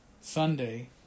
Sunday